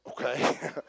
okay